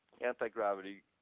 anti-gravity